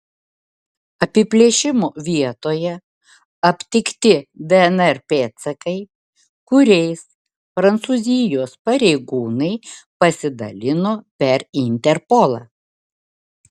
apiplėšimo vietoje aptikti dnr pėdsakai kuriais prancūzijos pareigūnai pasidalino per interpolą